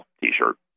t-shirt